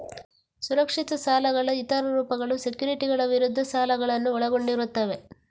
ಸುರಕ್ಷಿತ ಸಾಲಗಳ ಇತರ ರೂಪಗಳು ಸೆಕ್ಯುರಿಟಿಗಳ ವಿರುದ್ಧ ಸಾಲಗಳನ್ನು ಒಳಗೊಂಡಿರುತ್ತವೆ